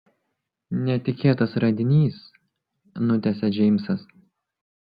netikėtas radinys nutęsia džeimsas